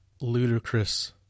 ludicrous